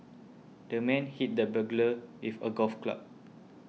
the man hit the burglar with a golf club